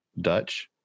dutch